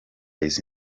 wise